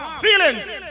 Feelings